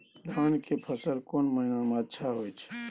धान के फसल कोन महिना में अच्छा होय छै?